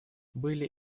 были